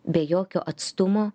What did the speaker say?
be jokio atstumo